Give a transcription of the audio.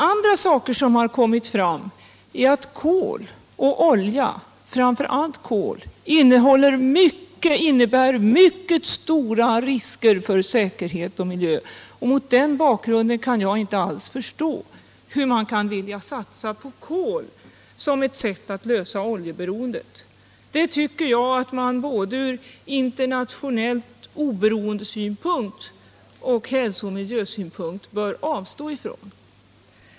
Andra saker som har kommit fram är att kol och olja, framför allt kol, innebär mycket stora risker för säkerhet och miljö. Mot den bakgrunden kan jag inte alls förstå hur man kan vilja satsa på kol som ett sätt att minska oljeberoendet. Det tycker jag att man både med tanke på internationellt oberoende och ur hälsooch miljösynpunkt bör avstå ifrån.